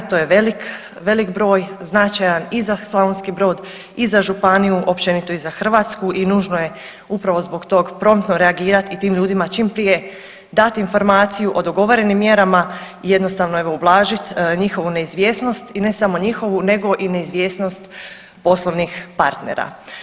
To je velik, velik broj, značajan i za Slavonski Brod i za županiju, općenito i za Hrvatsku i nužno je upravo zbog tog promptno reagirati i tim ljudima čim prije dati informaciju o dogovorenim mjerama i jednostavno evo ublažit njihovu neizvjesnost i ne samo njihovu nego i neizvjesnost poslovnih partnera.